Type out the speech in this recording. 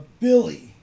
Billy